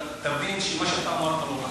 חברת הכנסת ברקו, עכשיו.